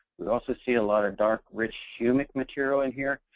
we also see a lot of dark, rich humic material in here.